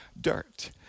dirt